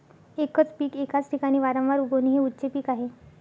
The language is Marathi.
एकच पीक एकाच ठिकाणी वारंवार उगवणे हे उच्च पीक आहे